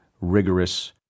rigorous